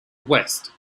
west